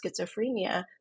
schizophrenia